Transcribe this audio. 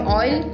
oil